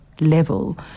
level –